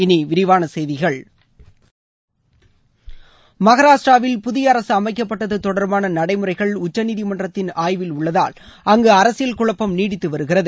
இனி விரிவான செய்திகள் மகாராஷ்டிராவில் புதிய அரசு அமைக்கப்பட்டது தொடர்பான நடைமுறைகள் உச்சநீதிமன்றத்தின் ஆய்வில் உள்ளதால் அங்கு அரசியல் குழப்பம் நீடித்து வருகிறது